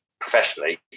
Professionally